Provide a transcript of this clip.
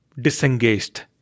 disengaged